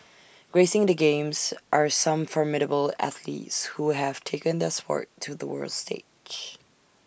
gracing the games are some formidable athletes who have taken their Sport to the world stage